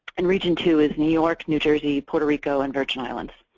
and region two is new york, new jersey, puerto rico and virgin islands.